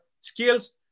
skills